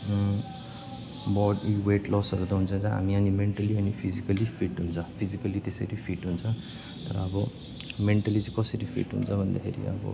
body weight लसहरू त हुन्छ जहाँ हामी यहाँ मेन्टली अनि फिजिकल्ली फिट हुन्छ फिजिकल्ली त्यसरी फिट हुन्छ र अब मेन्टली चाहिँ कसरी फिट हुन्छ भन्दाखेरि अब